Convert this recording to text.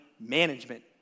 Management